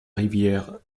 rivière